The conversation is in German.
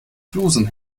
flusen